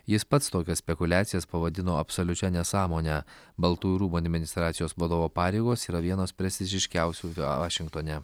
jis pats tokias spekuliacijas pavadino absoliučia nesąmone baltųjų rūmų administracijos vadovo pareigos yra vienos prestižiškiausių vašingtone